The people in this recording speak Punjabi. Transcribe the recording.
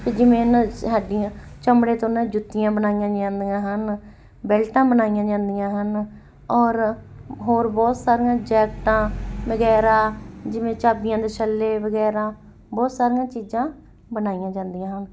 ਵੀ ਜਿਵੇਂ ਉਹਨਾਂ ਸ ਹੱਡੀਆਂ ਚਮੜੇ ਤੋਂ ਨਾ ਜੁੱਤੀਆਂ ਬਣਾਈਆਂ ਜਾਂਦੀਆਂ ਹਨ ਬੈਲਟਾਂ ਬਣਾਈਆਂ ਜਾਂਦੀਆਂ ਹਨ ਔਰ ਹੋਰ ਬਹੁਤ ਸਾਰੀਆਂ ਜੈਕਟਾਂ ਵਗੈਰਾ ਜਿਵੇਂ ਚਾਬੀਆਂ ਦੇ ਛੱਲੇ ਵਗੈਰਾ ਬਹੁਤ ਸਾਰੀਆਂ ਚੀਜ਼ਾਂ ਬਣਾਈਆਂ ਜਾਂਦੀਆਂ ਹਨ